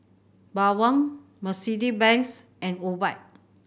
Bawang Mercedes Benz and Obike